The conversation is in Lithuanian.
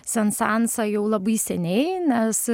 sensansą jau labai seniai nes